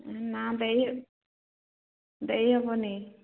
ନା ଦେଇ ଦେଇ ହେବନି